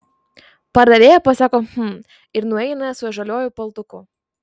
pardavėja pasako hm ir nueina su žaliuoju paltuku